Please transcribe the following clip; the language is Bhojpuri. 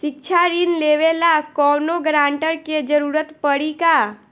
शिक्षा ऋण लेवेला कौनों गारंटर के जरुरत पड़ी का?